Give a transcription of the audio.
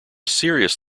serious